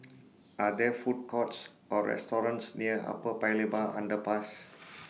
Are There Food Courts Or restaurants near Upper Paya Lebar Underpass